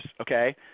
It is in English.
Okay